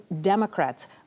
Democrats